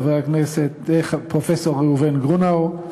פרופסור ראובן גרונאו,